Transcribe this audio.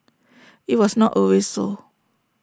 IT was not always so